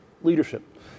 leadership